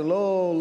זו לא צריכה,